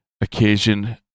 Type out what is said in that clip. occasion